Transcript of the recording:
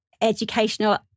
educational